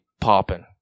popping